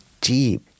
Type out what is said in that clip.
deep